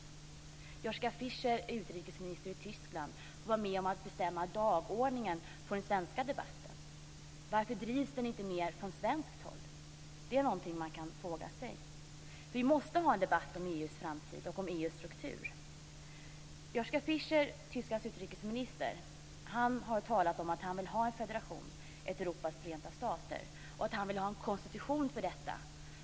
Joschka Fischer, som är utrikesminister i Tyskland, får vara med att bestämma dagordningen på den svenska debatten. Varför drivs den inte mer från svenskt håll? Det är någonting man kan fråga sig. Vi måste ha en debatt om EU:s framtid och om EU:s struktur. Tysklands utrikesminister Joschka Fischer har talat om att han vill ha en federation, ett Europas förenta stater, och att han vill ha en konstitution för detta.